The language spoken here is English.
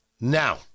now